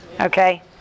Okay